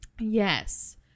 Yes